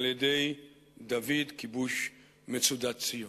על-ידי דוד, כיבוש מצודת-ציון.